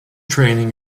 training